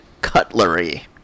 cutlery